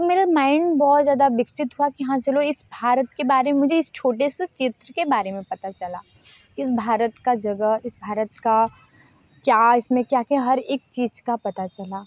मेरा माइंड बहुत ज़्यादा विकसित हुआ कि हाँ चलो इस भारत के बारे में मुझे इस छोटे से चित्र के बारे में पता चला इस भारत का जगह इस भारत का क्या इसमें क्या क्या हर एक चीज़ का पता चला